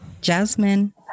Jasmine